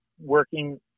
working